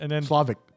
Slavic